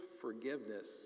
forgiveness